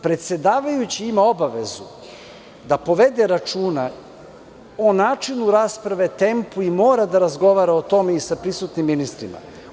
Predsedavajući ima obavezu da povede računa o načinu rasprave, tempu i mora da razgovara o tome sa prisutnim ministrima.